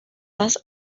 was